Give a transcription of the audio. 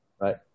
right